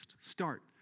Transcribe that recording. Start